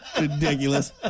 Ridiculous